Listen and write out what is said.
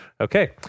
Okay